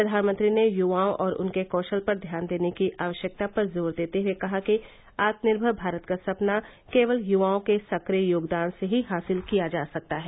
प्रधानमंत्री ने युवाओं और उनके कौशल पर ध्यान देने की आवश्यकता पर जोर देते हुए कहा कि आत्मनिर्भर भारत का सपना केवल युवाओं के सक्रिय योगदान से ही हासिल किया जा सकता है